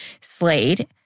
Slade